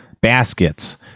baskets